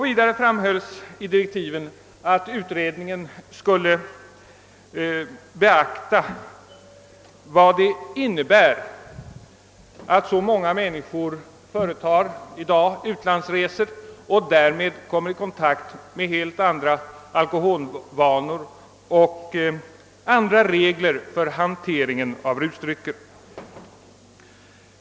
Vidare framhölls i direktiven att utredningen skulle beakta vad det innebär att så många människor i dag företar utlandsresor och därmed kommer i kontakt med helt andra alkoholvanor och regler för hanteringen av rusdrycker.